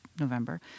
November